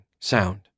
sound